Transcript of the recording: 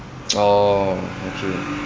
oh okay